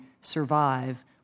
survive